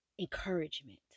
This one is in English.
encouragement